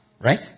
right